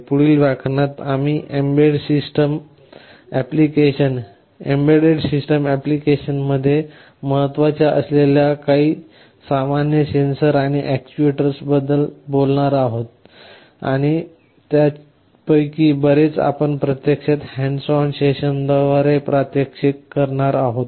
पुढील व्याख्यानात आपण एम्बेडेड सिस्टम अप्लिकेशन्समध्ये महत्वाच्या असलेल्या काही सामान्य सेन्सर आणि अॅक्ट्युएटर्सबद्दल बोलणार आहोत आणि त्यापैकी बरेच आपण प्रत्यक्षात हँड्स ऑन सेशन्सद्वारे प्रात्यक्षिक करणार आहोत